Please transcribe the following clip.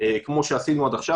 כמו שעשינו עד עכשיו.